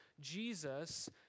Jesus